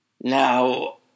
Now